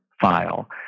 file